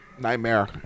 Nightmare